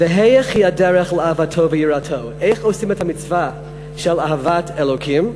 "והיאך היא הדרך לאהבתו ויראתו?" איך עושים את המצווה של אהבת אלוקים?